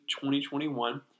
2021